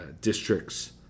districts